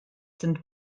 sind